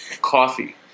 Coffee